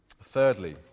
Thirdly